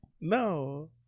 No